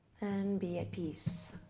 and be at peace.